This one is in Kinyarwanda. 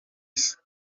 safi